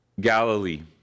Galilee